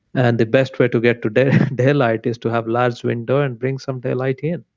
and the best way to get to daylight daylight is to have large window and bring some daylight in.